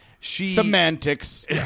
Semantics